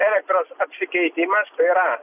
elektros apsikeitimas tai yra